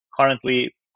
currently